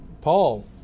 Paul